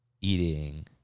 eating